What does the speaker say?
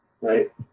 right